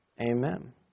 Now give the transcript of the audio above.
Amen